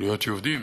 להיות יהודים.